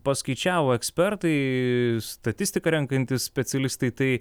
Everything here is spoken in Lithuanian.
paskaičiavo ekspertai statistiką renkantys specialistai tai